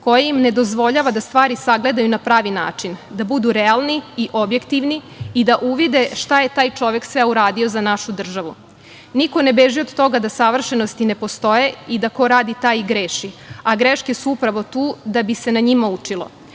koja im ne dozvoljava da stvari sagledaju na pravi način, da budu realni i objektivni i da uvide šta je taj čovek sve uradio za našu državu. Niko ne beži od toga da savršenosti ne postoje, i da ko radi taj i greši a greške su upravo tu da bi se na njima učilo,